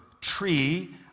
tree